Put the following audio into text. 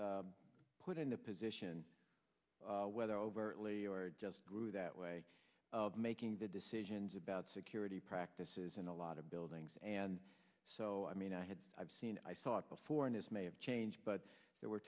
the put in the position whether overtly or just through that way of making the decisions about security practices and a lot buildings and so i mean i had i've seen i saw it before and this may have changed but there were